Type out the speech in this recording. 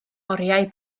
oriau